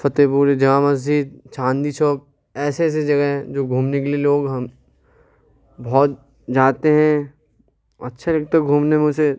فتح پوری جامع مسجد چاندنی چوک ایسے ایسے جگہیں ہیں جو گھومنے کے لیے لوگ ہم بہت جاتے ہیں اچّھا لگتا ہے گھومنے میں اسے